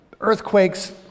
earthquakes